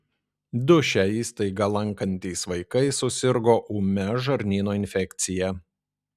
du šią įstaigą lankantys vaikai susirgo ūmia žarnyno infekcija